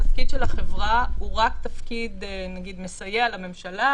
התפקיד של החברה הוא רק תפקיד מסייע לממשלה